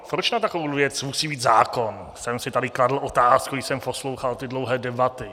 Proč na takovou věc musí být zákon, jsem si tady kladl otázku, když jsem poslouchal ty dlouhé debaty.